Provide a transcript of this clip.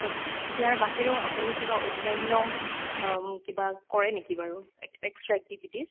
হয় ইয়াৰ বাহিৰেও আপুনি কিবা অন্যান্য কিবা কৰে নেকি বাৰু এক্সট্ৰা এক্টিভিটিজ